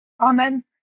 Amen